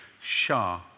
Shah